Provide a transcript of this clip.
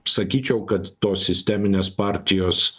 sakyčiau kad tos sisteminės partijos